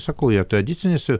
sakau yra tradicinis ir